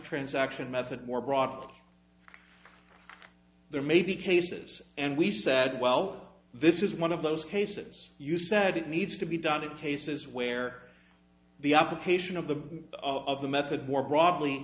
ransaction method more broadly there may be cases and we said well this is one of those cases you said it needs to be done in cases where the application of the of the method more broadly